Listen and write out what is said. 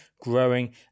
growing